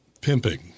Pimping